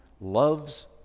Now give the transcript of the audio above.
loves